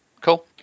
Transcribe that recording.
Cool